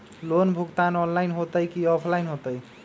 Loan भुगतान online होतई कि ऑफलाइन होतई?